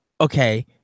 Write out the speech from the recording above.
okay